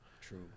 True